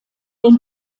den